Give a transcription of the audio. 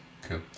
Cool